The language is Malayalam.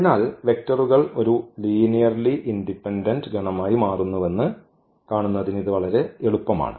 അതിനാൽ വെക്റ്ററുകൾ ഒരു ലീനിയർലി ഇൻഡിപെൻഡന്റ് ഗണമായി മാറുന്നുവെന്ന് കാണുന്നതിന് ഇത് വളരെ എളുപ്പമാണ്